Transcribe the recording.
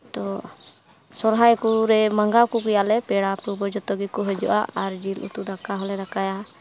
ᱛᱚ ᱥᱚᱨᱦᱟᱭ ᱠᱚᱨᱮ ᱢᱟᱸᱜᱟᱣ ᱠᱚᱜᱮᱭᱟᱞᱮ ᱯᱮᱲᱟᱼᱯᱟᱹᱨᱵᱷᱟᱹ ᱡᱚᱛᱚ ᱜᱮᱠᱚ ᱦᱤᱡᱩᱜᱼᱟ ᱟᱨ ᱡᱤᱞ ᱩᱛᱩ ᱫᱟᱠᱟ ᱦᱚᱸᱞᱮ ᱫᱟᱠᱟᱭᱟ